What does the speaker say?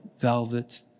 velvet